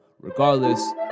Regardless